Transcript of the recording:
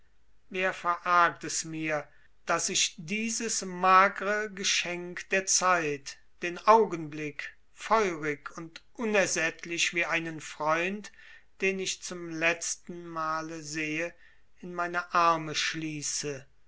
wer verargt es mir daß ich dieses magre geschenk der zeit den augenblick feurig und unersättlich wie einen freund den ich zum letzten male sehe in meine arme schließe